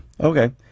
Okay